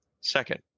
Second